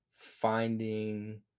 finding